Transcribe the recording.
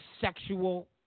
sexual